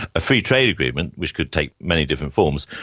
a free trade agreement, which could take many different forms,